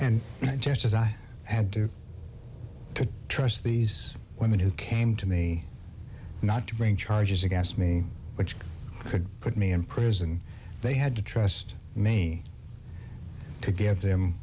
and just as i had to trust these women who came to me not to bring charges against me which could put me in prison they had to trust me to give them